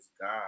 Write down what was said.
god